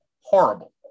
horrible